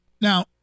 Now